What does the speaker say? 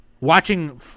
Watching